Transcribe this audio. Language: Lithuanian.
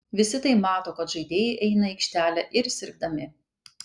visi tai mato kad žaidėjai eina į aikštelę ir sirgdami